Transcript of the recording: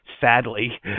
sadly